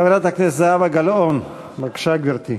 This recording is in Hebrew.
חברת הכנסת זהבה גלאון, בבקשה, גברתי.